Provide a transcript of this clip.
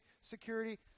security